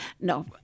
No